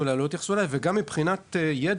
אליי או לא יתייחסו אליי" וגם מבחינת ידע,